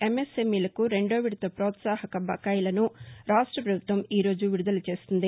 ఎంఎస్ఎంఈలకు రెండో విడత ప్రోత్సాహక బకాయిలను రాష్ట్ర ప్రభుత్వం ఈ రోజు విడుదల చేయనుంది